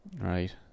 Right